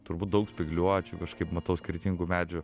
turbūt daug spygliuočių kažkaip matau skirtingų medžių